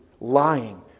lying